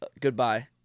Goodbye